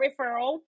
referral